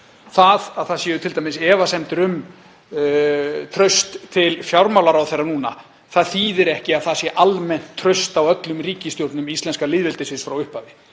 Það að það séu t.d. efasemdir um traust til fjármálaráðherra núna þýðir ekki að það sé almennt vantraust á öllum ríkisstjórnum íslenska lýðveldisins frá upphafi,